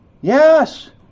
Yes